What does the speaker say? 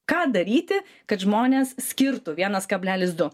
ką daryti kad žmonės skirtų vienas kablelis du